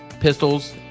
pistols